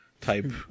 type